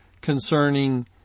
concerning